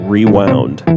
Rewound